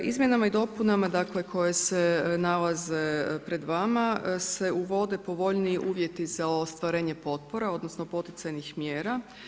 Izmjenama i dopunama, dakle koje se nalaze pred vama se uvode povoljniji uvjeti za ostvarenje potpora, odnosno poticajnih mjera.